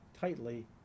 tightly